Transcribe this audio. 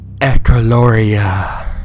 Echoloria